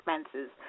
expenses